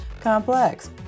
complex